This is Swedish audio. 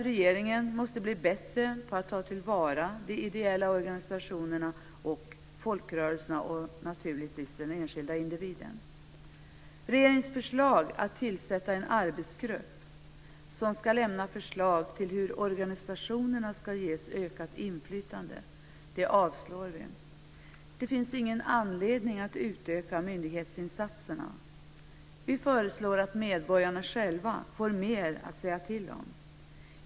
Regeringen måste bli bättre på att ta till vara det som finns hos de ideella organisationerna, folkrörelserna och naturligtvis den enskilda individen. Regeringens förslag att tillsätta en arbetsgrupp som ska lämna förslag till hur organisationerna ska ges ökat inflytande avstyrker vi. Det finns ingen anledning att utöka myndighetsinsatserna. Vi föreslår att medborgarna själva ska få mer att säga till om.